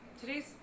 Today's